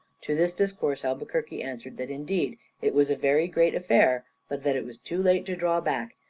to this discourse albuquerque answered, that indeed it was a very great affair, but that it was too late to draw back,